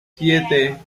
siete